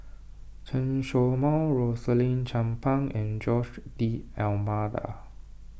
Chen Show Mao Rosaline Chan Pang and Jose D'Almeida